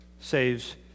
saves